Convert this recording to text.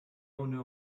owner